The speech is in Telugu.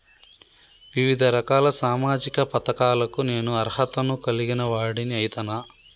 వివిధ రకాల సామాజిక పథకాలకు నేను అర్హత ను కలిగిన వాడిని అయితనా?